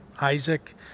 Isaac